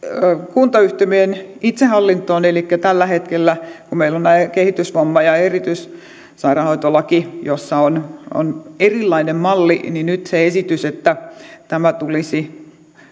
kuntayhtymien itsehallinnosta elikkä tällä hetkellä meillä on kehitysvamma ja erikoissairaanhoitolait joissa on erilainen malli ja nyt on esitys että tämä tulisi